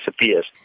disappears